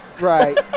Right